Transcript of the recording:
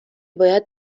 باید